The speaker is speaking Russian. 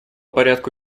порядку